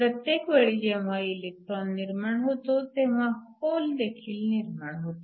प्रत्येक वेळी जेव्हा इलेक्ट्रॉन निर्माण होतो तेव्हा होलदेखील निर्माण होते